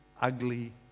ugly